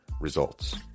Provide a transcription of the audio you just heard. results